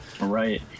Right